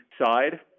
side